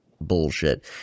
bullshit